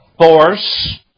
force